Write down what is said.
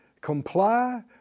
comply